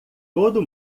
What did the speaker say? todo